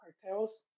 cartels